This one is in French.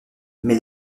mais